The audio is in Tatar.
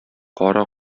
кара